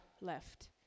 left